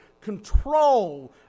control